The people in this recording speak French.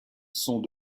sont